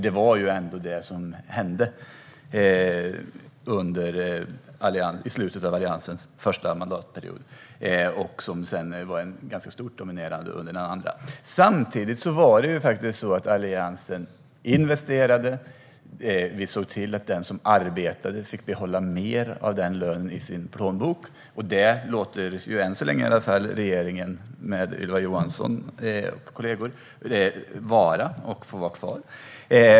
Det var ju ändå det som hände i slutet av Alliansens första mandatperiod och sedan dominerade ganska stort under den andra. Samtidigt var det faktiskt så att Alliansen investerade. Vi såg till att den som arbetade fick behålla mer av lönen i sin plånbok, något som regeringen med Ylva Johansson - än så länge i alla fall - låter vara kvar.